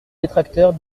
détracteurs